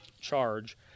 charge